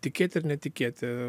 tikėti ar netikėti